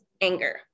anger